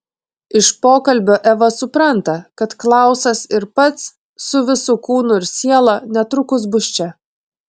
iš pokalbio eva supranta kad klausas ir pats su visu kūnu ir siela netrukus bus čia